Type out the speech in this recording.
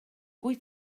wyt